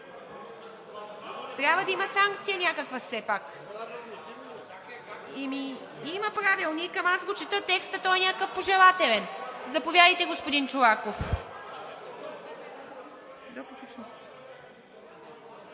Трябва да има санкция все пак. Има правилник, ама аз чета текста, той е някакъв пожелателен. Заповядайте, господин Чолаков.